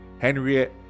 Henriette